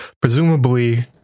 Presumably